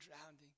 drowning